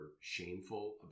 shameful